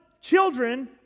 children